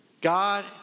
God